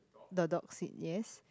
the dog seat yes